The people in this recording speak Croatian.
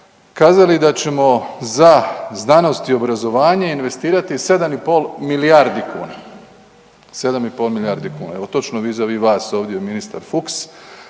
kazali da ćemo za znanost i obrazovanje investirati 7,5 milijardi kuna, 7,5 milijardi kuna, evo točno vizavi vas, ovdje je ministar Fuchs